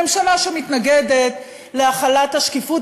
ממשלה שמתנגדת להחלת השקיפות,